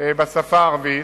בשפה הערבית.